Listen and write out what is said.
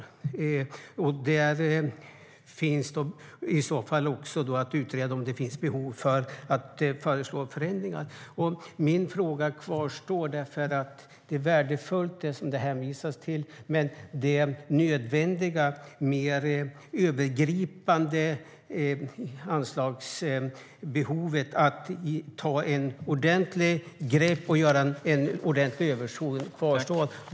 Man ska också utreda om det finns behov av att föreslå förändringar. Min fråga kvarstår. Det som det hänvisas till är värdefullt, men det nödvändiga och mer övergripande anslagsbehovet, att ta ett ordentligt grepp och göra en ordentlig översyn, kvarstår.